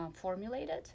formulated